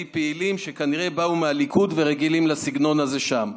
פעילים שכנראה באו מהליכוד ורגילים לסגנון הזה שם.